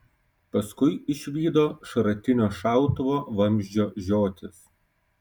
paskui išvydo šratinio šautuvo vamzdžio žiotis